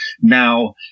now